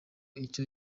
icyo